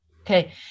Okay